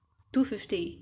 two fifty